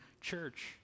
church